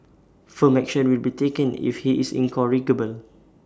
firm action will be taken if he is incorrigible